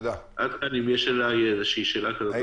האם יש אלי שאלה כזו או אחרת?